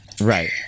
right